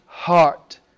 heart